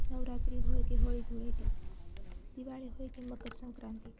નવરાત્રિ હોય કે હોળી ધૂળેટી દિવાળી હોય કે મકર સંક્રાંતિ